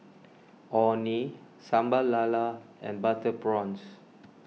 Orh Nee Sambal Lala and Butter Prawns